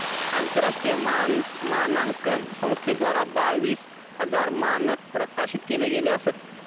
आंतरराष्ट्रीय मानांकन संस्थेद्वारा बावीस हजार मानंक प्रकाशित केले गेले असत